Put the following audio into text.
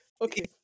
okay